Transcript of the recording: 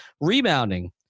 rebounding